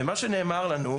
מה שנאמר לנו,